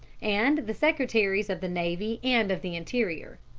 and the secretaries of the navy and of the interior.